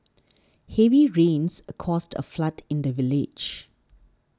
heavy rains caused a flood in the village